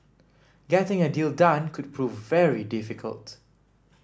getting a deal done could prove very difficult